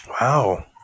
Wow